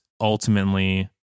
ultimately